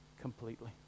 completely